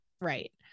Right